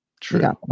True